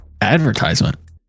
Advertisement